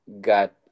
got